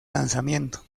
lanzamiento